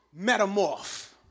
metamorph